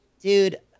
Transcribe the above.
Dude